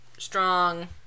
Strong